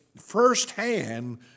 firsthand